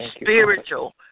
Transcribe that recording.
spiritual